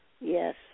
Yes